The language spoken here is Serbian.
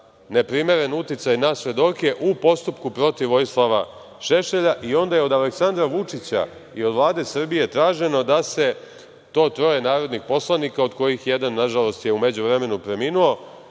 neprimeren uticaj na svedoke u postupku protiv Vojislava Šešelja i onda je od Aleksandra Vučića i od Vlade Srbije traženo da se to troje narodnih poslanika, od kojih je jedan nažalost u međuvremenu preminuo,